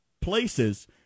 places